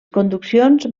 conduccions